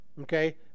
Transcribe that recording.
okay